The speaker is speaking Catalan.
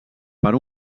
per